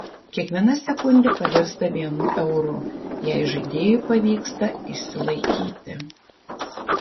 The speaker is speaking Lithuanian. kiekviena sekundė pavirsta vienu euru jei žaidėjui pavyksta išsilaikyti